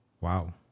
Wow